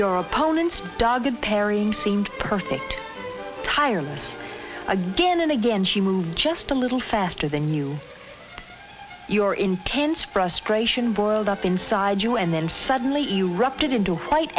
your opponent's dog parrying seemed perfect tire again and again she moved just a little faster than you your intense frustration boiled up inside you and then suddenly erupted into fight